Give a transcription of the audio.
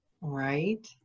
Right